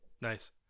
Nice